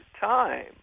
time